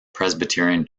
presbyterian